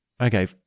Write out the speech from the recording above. okay